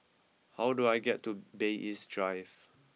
how do I get to Bay East Drive